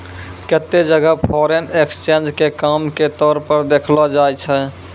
केत्तै जगह foreign exchange के काम के तौर पर देखलो जाय छै